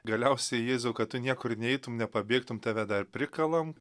galiausiai jėzau kad tu niekur neitum nepabėgtum tave dar prikalam